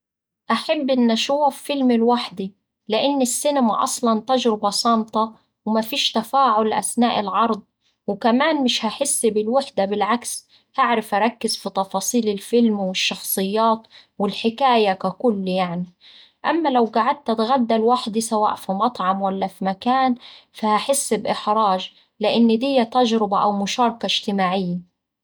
أحب إن أشوف فيلم لوحدي لإن السينما أصلا تجربة صامتة ومفيش تفاعل أثناء العرض وكمان مش هحس بالوحدة بالعكس هعرف أركز في تفاصيل الفيلم والشخصيات والحكاية ككل يعني. أما لو قعدت اتغدا لوحدي سواء في مطعم ولا في مكان فهحس بإحراج لإن دية تجربة أو مشاركة اجتماعية.